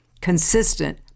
Consistent